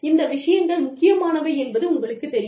இந்த விஷயங்கள் முக்கியமானவை என்பது உங்களுக்குத் தெரியும்